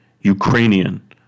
Ukrainian